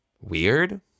weird